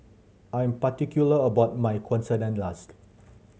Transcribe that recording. I am particular about my Quesadillas